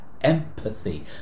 empathy